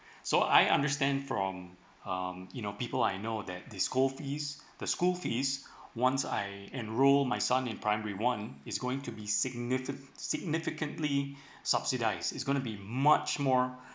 so I understand from um you know people I know that the school fees the school fees once I enroll my son in primary one is going to be signific~ significantly subsidise it's gonna be much more